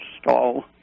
stall